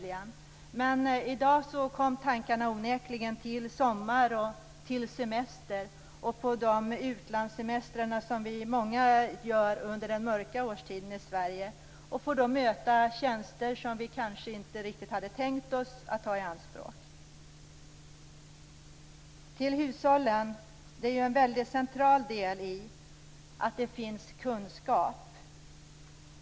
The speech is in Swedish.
I dag går tankarna onekligen till sommar och semester, särskilt de utlandssemestrar som många gör under den mörka årstiden i Sverige. Vi får då möta tjänster som vi kanske inte riktigt hade tänkt oss ta i anspråk. En väldigt central del är att hushållen har kunskap.